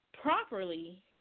properly